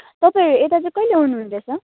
तपाईँ यता चाहिँ कहिले आउनुहुँदैछ